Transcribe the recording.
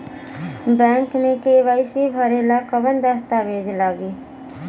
Bank मे KYC भरेला कवन दस्ता वेज लागी?